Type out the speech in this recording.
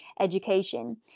education